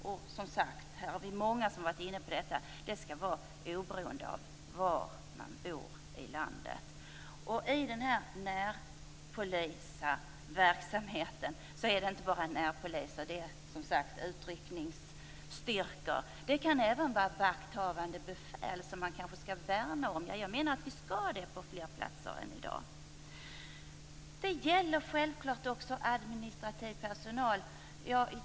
Och som många här har sagt skall detta gälla oberoende av var i landet man bor. I närpolisverksamheten finns också utryckningsstyrkor, och det kan även vara vakthavande befäl, som man kanske skall värna om - ja, jag menar att vi skall göra det på fler platser än som görs i dag. Detta gäller självfallet också administrativ personal.